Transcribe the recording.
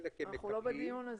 אנחנו לא בדיון הזה.